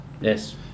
yes